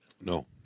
No